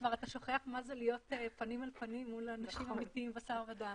כבר אתה שוכח מה זה להיות פנים אל פנים מול אנשים אמיתיים בשר ודם.